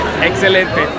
Excelente